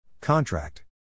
Contract